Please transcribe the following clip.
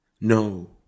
No